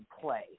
play